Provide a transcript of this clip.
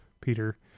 Peter